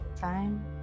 Time